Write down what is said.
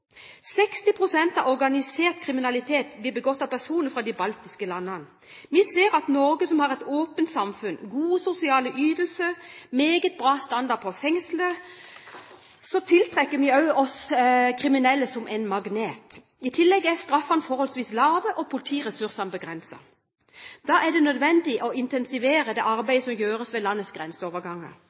av organisert kriminalitet blir begått av personer fra de baltiske landene. Vi ser at Norge, som har et åpent samfunn, gode sosiale ytelser og meget god standard på fengsler, tiltrekker seg kriminelle som en magnet. I tillegg er straffene forholdsvis lave og politiressursene begrenset. Da er det nødvendig å intensivere det arbeidet som gjøres ved landets grenseoverganger.